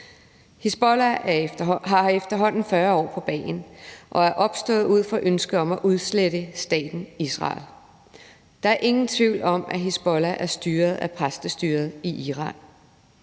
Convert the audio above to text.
Hizbollah har efterhånden 40 år på bagen og er opstået ud fra ønsket om at udslette staten Israel. Der er ingen tvivl om, at Hizbollah er styret af præstestyret i Iran.